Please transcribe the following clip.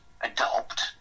adopt